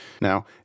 Now